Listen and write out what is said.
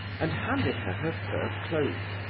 and handed her her fur cloak.